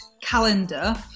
calendar